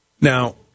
Now